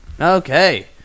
Okay